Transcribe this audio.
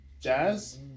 Jazz